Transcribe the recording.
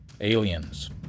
Aliens